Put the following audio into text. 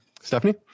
Stephanie